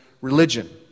religion